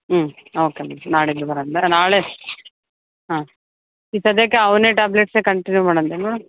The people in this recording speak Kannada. ಹ್ಞೂ ಓಕೆ ಮೇಡಮ್ ನಾಡಿದ್ದು ಬರೋಣಾ ಬೇಡ ನಾಳೆ ಹಾಂ ಈಗ ಸದ್ಯಕ್ಕೆ ಅವನ್ನೇ ಟ್ಯಾಬ್ಲೆಟ್ಸೆ ಕಂಟಿನ್ಯೂ ಮಾಡೋದೇನು ಮೇಡಮ್